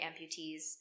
amputees